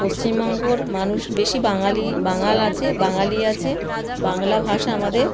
পশ্চিমবঙ্গর মানুষ বেশি বাঙালি বাঙাল আছে বাঙালি আছে বাংলা ভাষা আমাদের